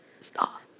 stop